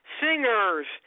singers